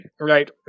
Right